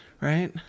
right